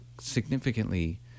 significantly